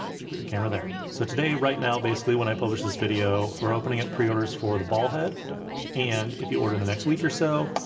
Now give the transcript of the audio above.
just put your camera there. there. so today right now, basically when i publish this video, we're opening up pre-orders for the ball head and if you order in the next week or so,